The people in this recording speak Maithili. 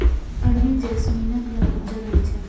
अरबी जैस्मीनक रंग उज्जर होइ छै